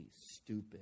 stupid